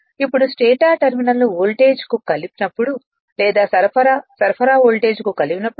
ఇప్పుడు స్టేటర్ టెర్మినల్ను వోల్టేజ్కు కలిపి నప్పుడు లేదా సరఫరా సరఫరా వోల్టేజ్కు కలిపి నప్పుడు